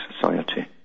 society